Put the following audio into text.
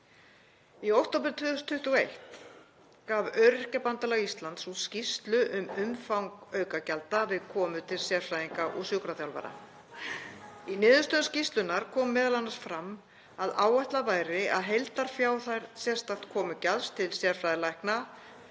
Í október 2021 gaf Öryrkjabandalag Íslands út skýrslu um umfang aukagjalda við komur til sérfræðinga og sjúkraþjálfara. Í niðurstöðum skýrslunnar kom m.a. fram að áætlað væri að heildarfjárhæð sérstaks komugjalds til sérfræðilækna